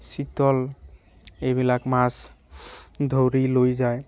চিতল এইবিলাক মাছ ধৰি লৈ যায়